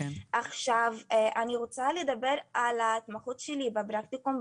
עכשיו אני רוצה לדבר על ההתמחות שלי ב ---,